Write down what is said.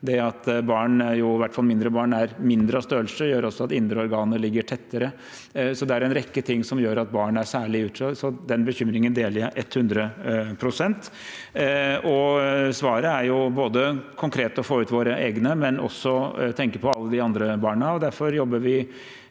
hvert fall mindre barn er mindre av størrelse, gjør også at indre organer ligger tettere. Det er en rekke ting som gjør at barn er særlig utsatt. Så den bekymringen deler jeg 100 prosent. Svaret er konkret å få ut våre egne, men også tenke på alle de andre barna,